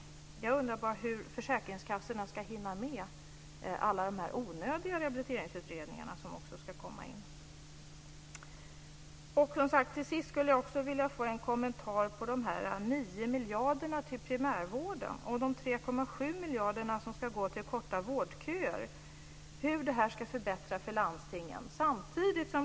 Jag undrar bara hur försäkringskassorna ska hinna med alla dessa onödiga rehabiliteringsutredningar som ska skickas in. Till sist skulle jag också vilja få en kommentar till de 9 miljarderna till primärvården och de 3,7 miljarderna som ska gå till att korta vårdköer. Hur ska det här förbättra för landstingen?